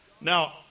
Now